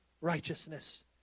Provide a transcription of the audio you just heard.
righteousness